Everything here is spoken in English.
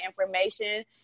information